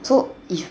so if